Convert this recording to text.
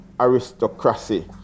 aristocracy